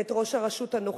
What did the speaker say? ואת ראש הרשות הנוכחית,